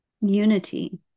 unity